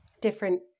different